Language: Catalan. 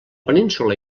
península